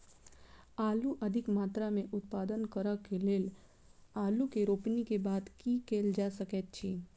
आलु अधिक मात्रा मे उत्पादन करऽ केँ लेल आलु केँ रोपनी केँ बाद की केँ कैल जाय सकैत अछि?